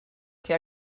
que